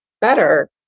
better